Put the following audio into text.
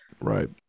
Right